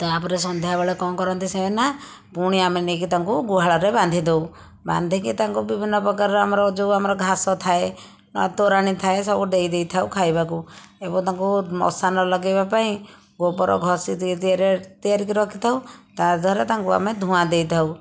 ତା'ପରେ ସନ୍ଧ୍ୟାବେଳେ କ'ଣ କରନ୍ତି ସେ ନା ପୁଣି ଆମେ ନେଇକି ତାଙ୍କୁ ଗୁହାଳରେ ବାନ୍ଧି ଦଉ ବାନ୍ଧିକି ତାଙ୍କୁ ବିଭିନ୍ନପ୍ରକାରର ଆମର ଯେଉଁ ଆମର ଘାସ ଥାଏ ଆଉ ତୋରାଣି ଥାଏ ସବୁ ଦେଇ ଦେଇଥାଉ ଖାଇବାକୁ ଏବଂ ତାଙ୍କୁ ମଶା ନ ଲଗାଇବା ପାଇଁ ଗୋବର ଘଷି ଦେହରେ ତିଆରିକି ରଖିଥାଉ ତା'ଦେହରେ ତାଙ୍କୁ ଆମେ ଧୂଆଁ ଦେଇଥାଉ